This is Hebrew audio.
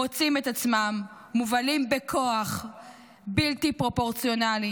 מוצאים את עצמם מובלים בכוח בלתי פרופורציונלי